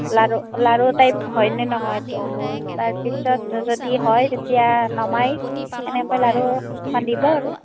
লাৰু লাৰু টাইপ হয়নে নহয় সেইটো তাৰ পিছত যদি হয় তেতিয়া নমাই এনেকৈ লাৰু বান্ধিব আৰু